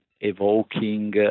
evoking